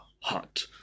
hot